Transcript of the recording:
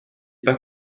pas